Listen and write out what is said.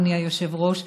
אדוני היושב-ראש.